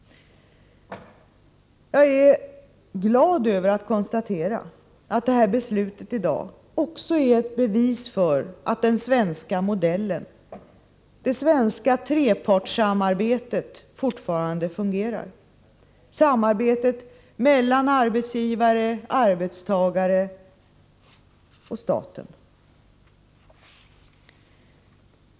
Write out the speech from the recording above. Jag är glad över att konstatera att beslutet i dag också är ett bevis för att den svenska modellen — det svenska trepartssamarbetet — fortfarande fungerar. Det är ett samarbete mellan arbetsgivaren, arbetstagaren och staten.